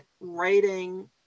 writing